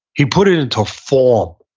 he put it into form,